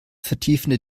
vertiefende